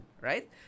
Right